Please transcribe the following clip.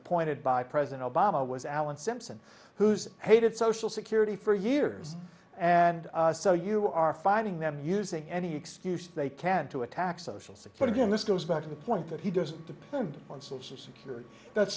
appointed by president obama was alan simpson who's hated social security for years and so you are finding them using any excuse they can to attack social security and this goes back to the point that he does depend on social security that